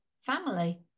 family